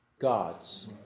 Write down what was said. gods